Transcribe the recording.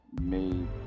made